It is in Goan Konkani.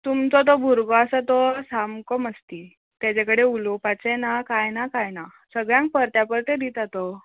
तुमचो तो भुरगो आसा तो सामको मस्ती ताचे कडेन उलोवपाचें ना कांय ना कांय ना सगळ्यांक परत्या परतें दिता तो